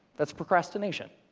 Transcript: that's procrastination.